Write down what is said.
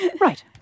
Right